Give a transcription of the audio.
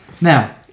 now